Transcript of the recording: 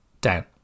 down